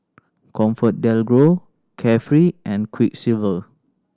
ComfortDelGro Carefree and Quiksilver